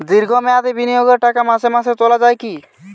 দীর্ঘ মেয়াদি বিনিয়োগের টাকা মাসে মাসে তোলা যায় কি?